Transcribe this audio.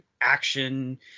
action